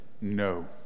No